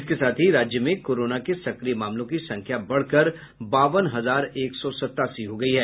इसके साथ ही राज्य में कोरोना के सक्रिय मामलों की संख्या बढ़कर बावन हजार एक सौ सतासी हो गयी है